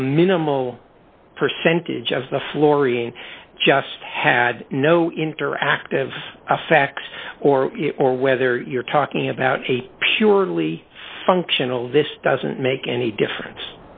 the minimal percentage of the florian just had no interactive facts or or whether you're talking about a purely functional this doesn't make any difference